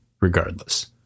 regardless